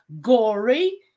gory